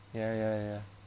ya ya ya